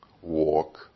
walk